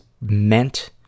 meant